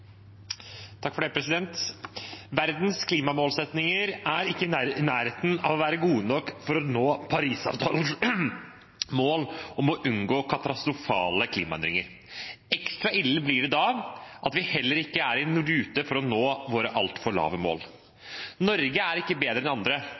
Verdens klimamålsettinger er ikke i nærheten av å være gode nok for å nå Parisavtalens mål om å unngå katastrofale klimaendringer. Ekstra ille blir det da at vi heller ikke er i rute for å nå våre altfor lave mål.